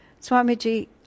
Swamiji